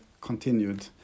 continued